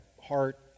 heart